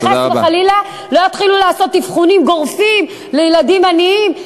שחס וחלילה לא יתחילו לעשות אבחונים גורפים לילדים עניים.